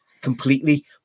completely